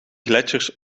gletsjers